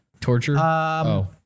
Torture